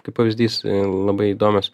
kaip pavyzdys labai įdomios